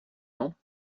temps